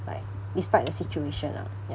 like despite the situation lah ya